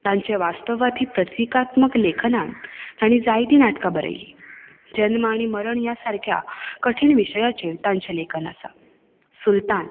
तांचे वास्तववादी प्रतिकात्मक लेखनांत तांणी जायतीं नाटकां बरयलीं जल्म आनी मरण ह्या सारक्या कठीण विशयांचेर तांचे लेखन आसा सुल्तान